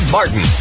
Martin